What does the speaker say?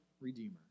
redeemer